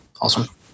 Awesome